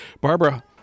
Barbara